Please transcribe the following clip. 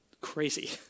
crazy